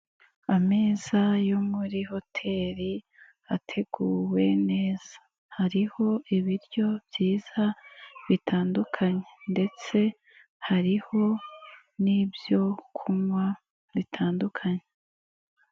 Ameza yo muri hoteli ateguwe neza. Hariho ibiryo byiza bitandukanye ndetse hariho n'ibyo kunywa bitandukanye.